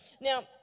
Now